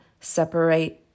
separate